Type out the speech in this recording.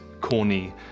corny